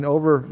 Over